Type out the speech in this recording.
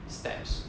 steps